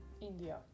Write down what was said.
India